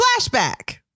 Flashback